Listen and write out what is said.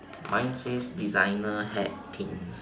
mine says designer hat pins